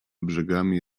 brzegami